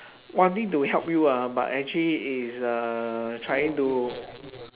wanting to help you ah but actually is uh trying to